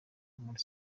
muri